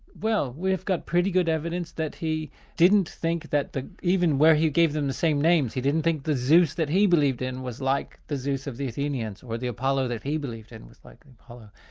well, we have got pretty good evidence that he didn't think that even where he gave them the same names he didn't think the zeus that he believed in was like the zeus of the athenians, or the apollo that he believed in was like an apollo.